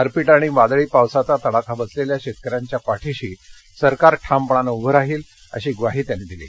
गारपीट आणि वादळी पावसाचा तडाखा बसलेल्या शेतकर्यांपच्या पाठीशी सरकार ठामपणानं उभं राहील अशी ग्वाही मोदी यांनी दिली